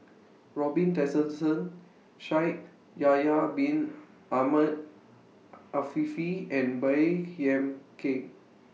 Robin Tessensohn Shaikh Yahya Bin Ahmed Afifi and Baey Yam Keng